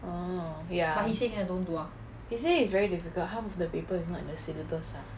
oh ya he say it's very difficult half of the paper is not in the syllabus ah